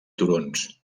turons